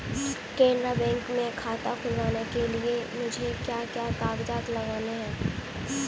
Canara bank में खाता खुलवाने के लिए मुझे क्या क्या कागजात लगेंगे?